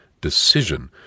decision